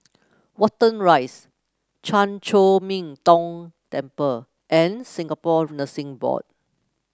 Watten Rise Chan Chor Min Tong Temple and Singapore Nursing Board